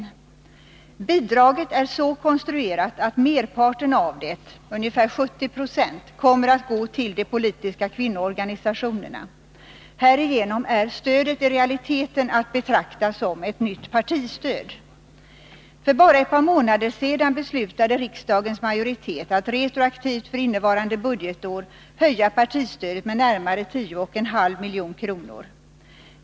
Onsdagen den Bidraget är så konstruerat att merparten av det, ungefär 70 26, kommer att 2 juni 1982 gå till de politiska kvinnoorganisationerna. Härigenom är stödet i realiteten att betrakta som ett nytt partistöd. För bara ett par månader sedan beslutade riksdagens majoritet att organisationernas retroaktivt för innevarande budgetår höja partistödet med närmare 10,5 — centrala verksammilj.kr.